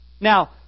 Now